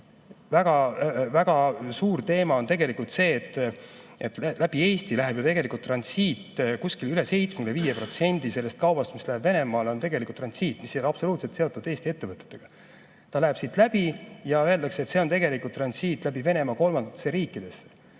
Väga-väga suur teema on tegelikult see, et läbi Eesti läheb ju tegelikult transiit. Veidi üle 75% sellest kaubast, mis läheb Venemaale, on tegelikult transiit, mis ei ole absoluutselt seotud Eesti ettevõtetega. Kaup läheb siit läbi ja öeldakse, et see on tegelikult transiit läbi Venemaa kolmandatesse riikidesse.